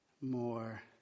more